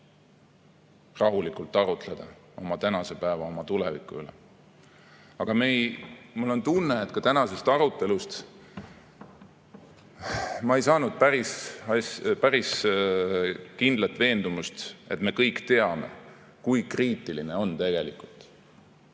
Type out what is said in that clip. rahulikult arutleda oma tänase päeva, oma tuleviku üle. Aga mul on tunne, et ka tänasest arutelust ma ei saanud päris kindlat veendumust, et me kõik teame, kui kriitiline on tegelikult